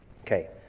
Okay